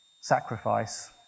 sacrifice